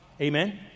Amen